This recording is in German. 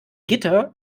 gitter